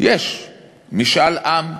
20 שנה, כבר מ-1900,